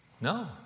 No